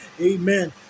Amen